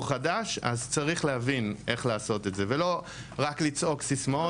חדש אז צריך להבין איך לעשות את זה ולא רק לצעוק סיסמאות.